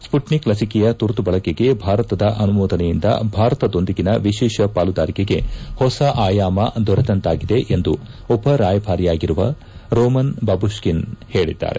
Sputnik ಲಸಿಕೆಯ ತುರ್ತು ಬಳಕೆಗೆ ಭಾರತದ ಅನುಮೋದನೆಯಿಂದ ಭಾರತದೊಂದಿಗಿನ ವಿಶೇಷ ಪಾಲುದಾರಿಕೆಗೆ ಹೊಸ ಆಯಾಮ ದೊರೆತಂತಾಗಿದೆ ಎಂದು ಉಪ ರಾಯಭಾರಿಯಾಗಿರುವ ರೋಮನ್ ಬಾಬುತ್ತಿನ್ ಹೇಳಿದ್ದಾರೆ